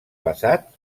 basat